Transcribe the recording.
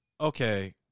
Okay